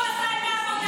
שידעו שהוא עשה את העבודה.